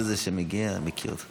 הכנסת, בחודש זה לפני 29 שנה,